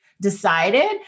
decided